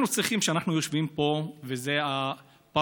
אנחנו צריכים, כשאנחנו יושבים פה, וזה הפרלמנט,